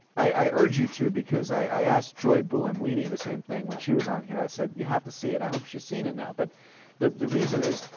i urge you to, because i asked joy boulamwini the same thing when she was on here. i said, you have to see it i hope she's seen it now. but the the reason is